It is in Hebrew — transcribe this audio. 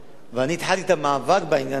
ואני התחלתי את המאבק בעניין הזה.